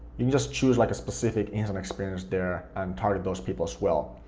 you can just choose like a specific instant experience there and target those people as well.